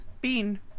Bean